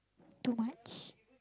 too much